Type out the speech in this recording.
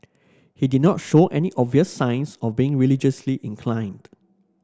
he did not show any obvious signs of being religiously inclined